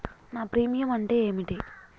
నా ప్రీమియం అంటే ఏమిటి?